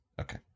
Okay